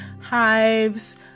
hives